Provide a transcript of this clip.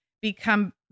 become